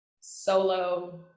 solo